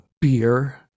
beer